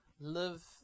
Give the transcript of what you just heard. live